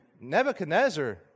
Nebuchadnezzar